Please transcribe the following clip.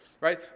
Right